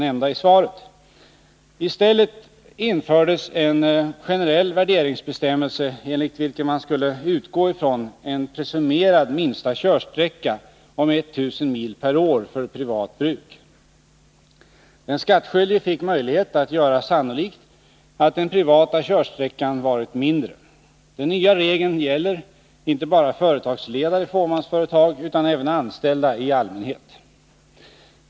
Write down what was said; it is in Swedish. I stället infördes en generell värderingsbestämmelse enligt vilken man skulle utgå ifrån en presumerad minsta körsträcka om 1000 mil per år för privat bruk. Den skattskyldige fick möjlighet att göra sannolikt att den privata körsträckan varit mindre. Den nya regeln gäller inte bara företagsledare i fåmansföretag utan även anställda i allmänhet.